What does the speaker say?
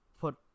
put